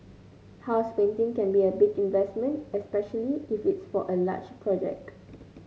house painting can be a big investment especially if it's for a large project